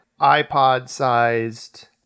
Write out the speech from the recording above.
iPod-sized